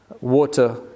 Water